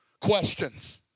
questions